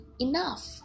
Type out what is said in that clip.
enough